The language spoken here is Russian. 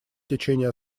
течение